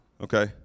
okay